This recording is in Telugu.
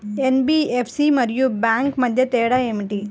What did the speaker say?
ఎన్.బీ.ఎఫ్.సి మరియు బ్యాంక్ మధ్య తేడా ఏమిటి?